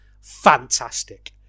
fantastic